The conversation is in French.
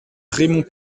raymond